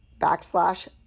backslash